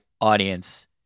audience